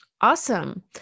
awesome